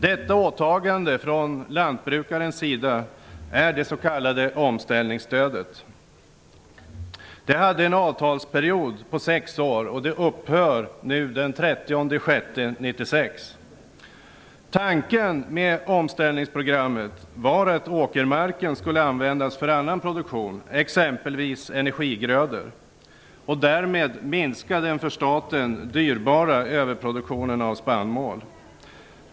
Detta åtagande från lantbrukarens sida är det s.k. omställningsprogrammet. Det hade en avtalsperiod på sex år, och det upphör den 30 Tanken med omställningsprogrammet var att åkermarken skulle användas för annan produktion, exempelvis energigrödor, och därmed minska den för staten dyrbara överproduktionen av spannmål.